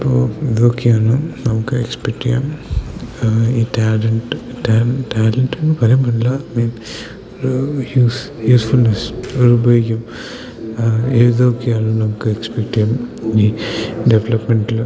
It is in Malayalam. ഇപ്പോൾ ഇതൊക്കെയാണ് നമുക്ക് എക്സ്പെക്റ്റ് ചെയ്യാം ഈ ടാലൻ്റ് ടാലൻ്റ് ടാലൻ്റ് എന്ന് പറയാൻ പറ്റില്ല ഐ മീൻ ഒരു യൂസ് യൂസ്ഫുൾനെസ്സ് ഒരു ഉപയോഗം ഏതൊക്കെയാണ് നമുക്ക് എക്സ്പെക്റ്റ് ചെയ്യാം ഈ ഡെവലപ്മെൻ്റിൽ